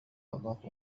أضعت